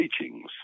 Teachings